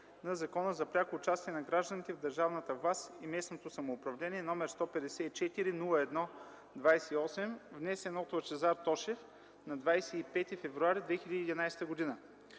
на Закона за пряко участие на гражданите в държавната власт и местното самоуправление, № 154-01-28, внесен от Лъчезар Тошев на 25 февруари 2011 г.